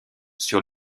sur